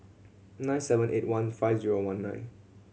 nine seven eight one five zero one nine